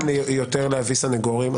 גם יותר להביא סניגורים.